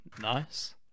Nice